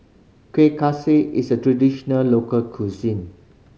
Kuih Kaswi is a traditional local cuisine